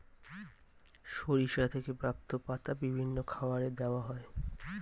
সরিষা থেকে প্রাপ্ত পাতা বিভিন্ন খাবারে দেওয়া হয়